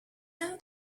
know